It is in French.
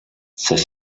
c’est